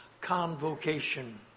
convocation